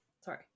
Sorry